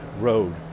road